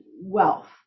wealth